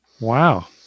Wow